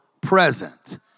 present